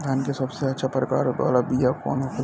धान के सबसे अच्छा प्रकार वाला बीया कौन होखेला?